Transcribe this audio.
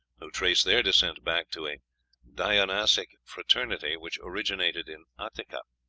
who trace their descent back to a dionysiac fraternity which originated in attika.